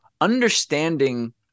understanding